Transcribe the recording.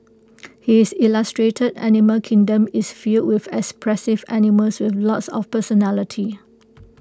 his illustrated animal kingdom is filled with expressive animals with lots of personality